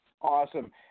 Awesome